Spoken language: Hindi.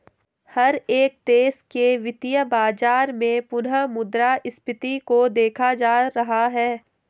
हर एक देश के वित्तीय बाजार में पुनः मुद्रा स्फीती को देखा जाता रहा है